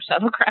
shuttlecraft